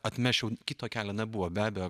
atmesčiau kito kelio nebuvo be abejo